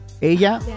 Ella